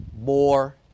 more